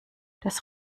das